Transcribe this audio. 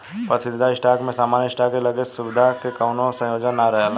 पसंदीदा स्टॉक में सामान्य स्टॉक के लगे सुविधा के कवनो संयोजन ना रहेला